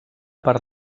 per